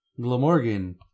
Glamorgan